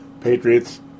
Patriots